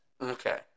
Okay